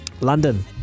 London